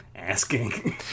asking